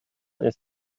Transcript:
ist